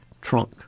trunk